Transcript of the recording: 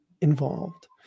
involved